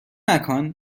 مکان